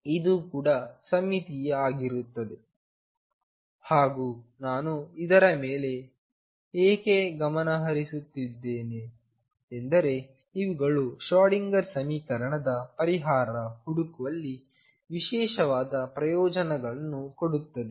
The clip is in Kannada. ಇದು ಕೂಡ ಸಮ್ಮಿತೀಯ ಆಗಿರುತ್ತದೆ ಹಾಗೂ ನಾನು ಇದರ ಮೇಲೆ ಏಕೆ ಗಮನಹರಿಸುತ್ತಿದ್ದೇನೆ ಎಂದರೆ ಇವುಗಳು ಶ್ರೋಡಿಂಗರ್ ಸಮೀಕರಣದ ಪರಿಹಾರ ಹುಡುಕುವಲ್ಲಿ ವಿಶೇಷವಾದ ಪ್ರಯೋಜನವನ್ನು ಕೊಡುತ್ತವೆ